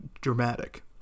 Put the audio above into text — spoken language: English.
dramatic